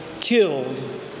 killed